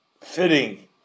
fitting